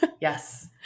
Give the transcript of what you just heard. yes